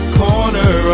corner